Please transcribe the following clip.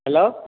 hello